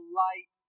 light